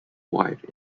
wife